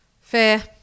Fair